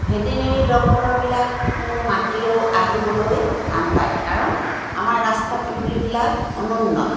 veterinary ডক্তৰবিলাক মাতিলেও আহিবলৈ টান পায় কাৰণ আমাৰ ৰাস্তা পদূলিবিলাক অনুন্নত